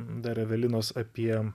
dar evelinos apie